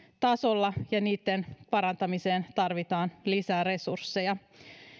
tasolla ja niitten parantamiseen tarvitaan lisää resursseja